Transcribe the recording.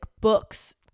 books